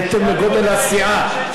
בהתאם לגודל הסיעה.